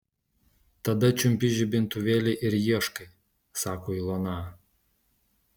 tada čiumpi žibintuvėlį ir ieškai sako ilona